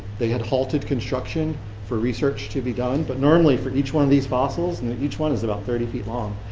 they had halted construction for research to be done. but normally for each one of these fossils, and each one is about thirty feet long,